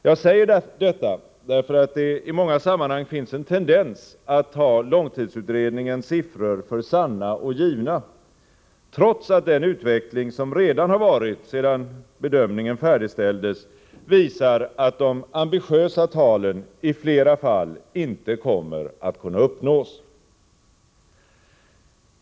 Jag säger detta därför att det i många sammanhang finns en tendens att ta långtidsutredningens siffror för sanna och givna, trots att den utveckling som redan har varit sedan bedömningen färdigställdes visar att de ambitiösa talen i flera fall inte kommer att kunna uppnås.